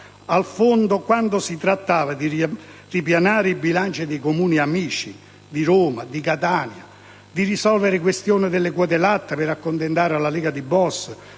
al fondo quando si trattava di ripianare i bilanci dei Comuni amici come Roma e Catania, di risolvere le questioni delle quote latte per accontentare la Lega di Bossi,